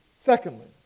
Secondly